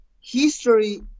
history